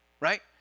right